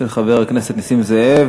של חבר הכנסת נסים זאב.